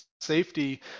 safety